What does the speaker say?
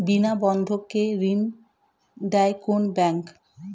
বিনা বন্ধক কে ঋণ দেয় কোন ব্যাংক?